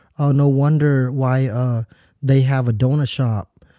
oh, no wonder why they have a doughnut shop.